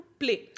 play